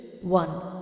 one